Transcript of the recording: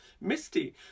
Misty